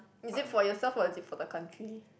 is it for yourself or is it for the country